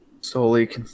solely